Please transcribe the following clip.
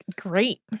Great